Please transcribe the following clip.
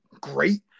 great